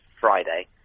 Friday